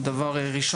היא לא דבר חדש,